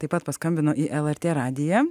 taip pat paskambino į lrt radiją